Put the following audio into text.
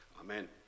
Amen